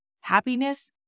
Happiness